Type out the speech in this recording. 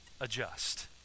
adjust